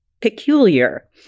peculiar